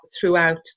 throughout